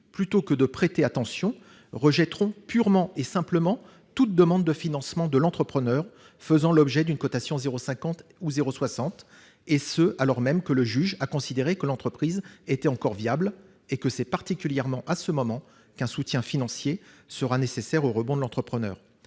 plutôt que de prêter attention, rejetteront purement et simplement toute demande de financement de l'entrepreneur faisant l'objet d'une cotation 050 ou 060, et ce alors même que le juge a considéré que l'entreprise était encore viable et que c'est particulièrement à ce moment qu'un soutien financier serait nécessaire au rebond de l'entrepreneur.